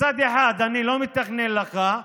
מצד אחד, אני לא מתכנן לך,